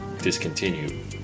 discontinued